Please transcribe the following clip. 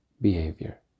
behavior